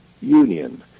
union